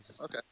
okay